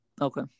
okay